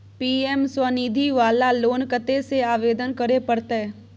PM Svanidhi वाला loan कत्ते से आवेदन करे परतै?